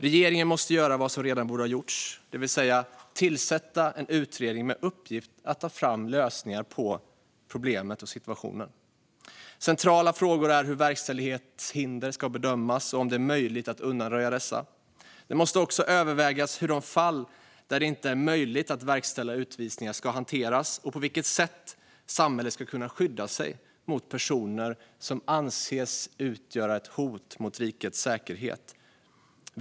Regeringen måste göra vad som redan borde ha gjorts, det vill säga tillsätta en utredning med uppgiften att ta fram lösningar på problemet och situationen. Centrala frågor är hur verkställighetshinder ska bedömas och om det är möjligt att undanröja dessa. Det måste också övervägas hur de fall där det inte är möjligt att verkställa utvisningar ska hanteras och på vilket sätt samhället ska kunna skydda sig mot personer som anses utgöra ett hot mot rikets säkerhet.